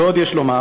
ועוד יש לומר